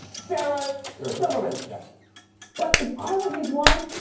sarah sarah silverman! yeah but if i were his wife,